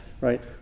right